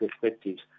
perspectives